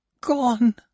Gone